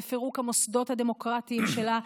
בפירוק המוסדות הדמוקרטיים שלה,